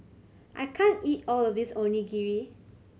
I can't eat all of this Onigiri